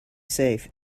safe